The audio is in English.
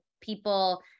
people